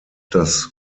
das